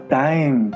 time